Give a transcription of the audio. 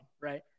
right